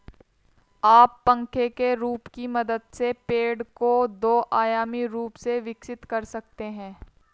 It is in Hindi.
आप पंखे के रूप की मदद से पेड़ को दो आयामी रूप से विकसित कर सकते हैं